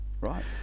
right